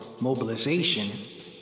mobilization